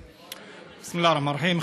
בסם אללה א-רחמאן א-רחים.